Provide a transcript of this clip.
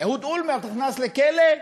אהוד אולמרט הוכנס לכלא,